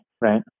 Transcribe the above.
right